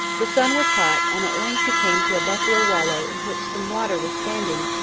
the sun was hot, and at length he came to a buffalo wallow in which some water was standing,